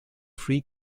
free